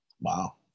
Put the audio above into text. wow